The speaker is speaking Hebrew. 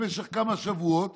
במשך כמה שבועות